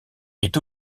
est